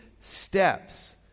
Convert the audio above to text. steps